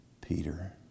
Peter